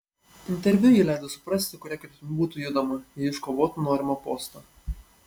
interviu ji leido suprasti kuria kryptimi būtų judama jei ji iškovotų norimą postą